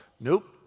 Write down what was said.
Nope